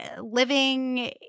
living